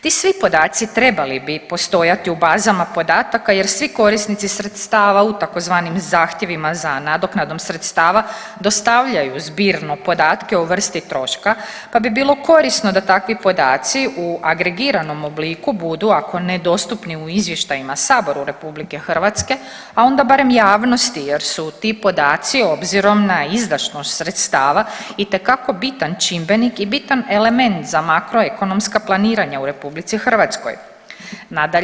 Ti svi podaci trebali bi postojati u bazama podataka, jer svi korisnici sredstava u tzv. zahtjevima za nadoknadom sredstava dostavljaju zbirno podatke o vrsti troška, pa bi bilo korisno da takvi podaci u agregiranom obliku budu ako ne dostupni u izvještajima Saboru Republike Hrvatske, a onda barem javnosti jer su ti podaci obzirom na izdašnost sredstava itekako bitan čimbenik i bitan element za makroekonomska planiranja u Republici Hrvatskoj.